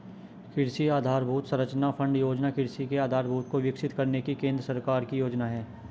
कृषि आधरभूत संरचना फण्ड योजना कृषि के आधारभूत को विकसित करने की केंद्र सरकार की योजना है